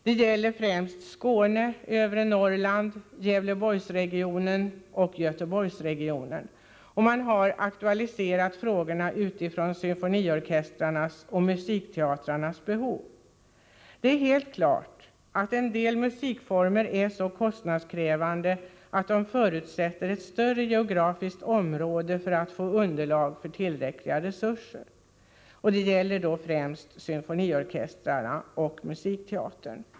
Det gäller främst Skåne, övre Norrland och Gävleborgsoch Göteborgsregionen. Man har aktualiserat frågorna utifrån symfoniorkestrarnas och musikteatrarnas behov. Helt klart är en del musikformer så kostnadskrävande att de förutsätter ett större geografiskt område för att få underlag för tillräckliga resurser. Detta gäller främst symfoniorkestrarna och musikteatern.